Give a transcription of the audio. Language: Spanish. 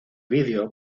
video